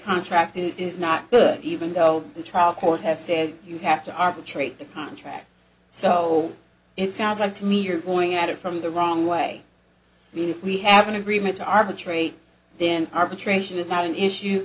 contract is not even though the trial court has said you have to arbitrate the contract so it sounds like to me you're going at it from the wrong way i mean if we have an agreement to arbitrate then arbitration is not an issue